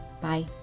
Bye